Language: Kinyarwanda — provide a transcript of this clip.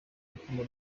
urukundo